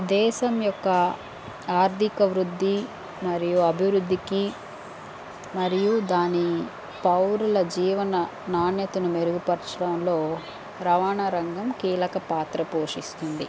దేశం యొక్క ఆర్థిక వృద్ధి మరియు అభివృద్ధికి మరియు దాని పౌరుల జీవన నాణ్యతను మెరుగుపరచటంలో రవాణా రంగం కీలక పాత్ర పోషిస్తుంది